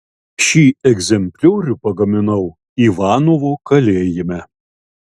šį egzempliorių pagaminau ivanovo kalėjime